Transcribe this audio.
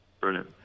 Brilliant